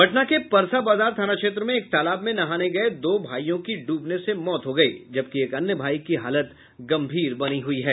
पटना के परसा बाजार थाना क्षेत्र में एक तालाब में नहाने गये दो भाइयों की डूबने से मौत हो गयी जबकि एक अन्य भाई की हालत गंभीर बनी हुई है